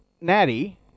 Natty